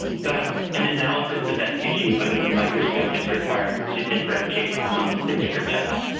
but an analysis of that tissue under the microscope is required to differentiate among the different types.